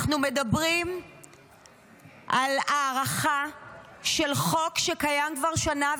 אנחנו מדברים על הארכה של חוק שקיים כבר שנה,